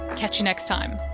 catch you next time